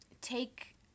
take